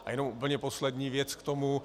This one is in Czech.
A jenom úplně poslední věc k tomu.